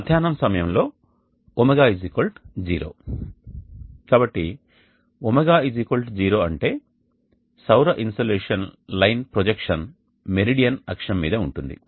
మధ్యాహ్నం సమయంలో ω0 కాబట్టి ω 0 అంటే సౌర ఇన్సోలేషన్ లైన్ ప్రొజెక్షన్ మెరీడియన్ అక్షం మీద ఉంటుంది